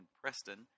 Preston